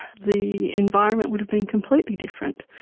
the environment would have been completely different.